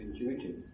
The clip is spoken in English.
intuitive